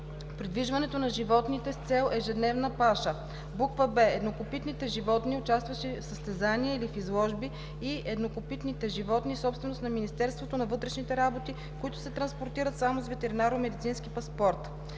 придвижването на животните с цел ежедневна паша; б) еднокопитните животни, участващи в състезания или в изложби, и еднокопитните животни – собственост на Министерството на вътрешните работи, които се транспортират само с ветеринарномедицински паспорт;